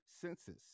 census